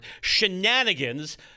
shenanigans